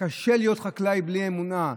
קשה להיות חקלאי בלי אמונה.